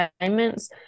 assignments